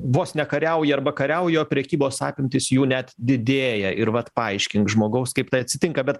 vos ne kariauja arba kariauja o prekybos apimtys jų net didėja ir vat paaiškink žmogaus kaip tai atsitinka bet